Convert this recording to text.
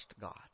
God